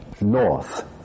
north